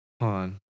on